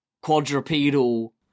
quadrupedal